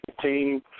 team